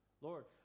Lord